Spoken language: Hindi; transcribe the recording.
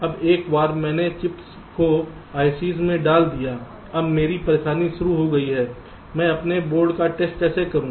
अब एक बार मैंने चिप्स को ICs में डाल दिया अब मेरी परेशानी शुरू हो गई मैं अपने बोर्ड का टेस्ट कैसे करूं